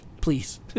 Please